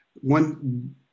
one